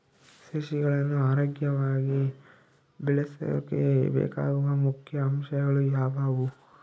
ಸಸಿಗಳನ್ನು ಆರೋಗ್ಯವಾಗಿ ಬೆಳಸೊಕೆ ಬೇಕಾಗುವ ಮುಖ್ಯ ಅಂಶಗಳು ಯಾವವು?